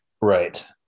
Right